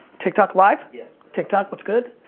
tik tok live? yes. tik tok, what's good?